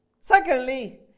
Secondly